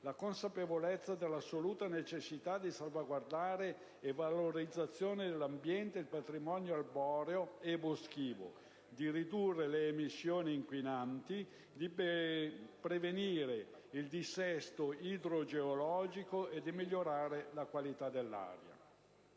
la consapevolezza dell'assoluta necessità di salvaguardare e valorizzare l'ambiente e il patrimonio arboreo e boschivo, di ridurre le emissioni inquinanti, di prevenire il dissesto idrogeologico e di migliorare la qualità dell'aria.